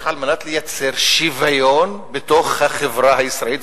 על מנת לייצר שוויון בתוך החברה הישראלית.